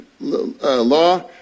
law